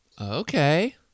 Okay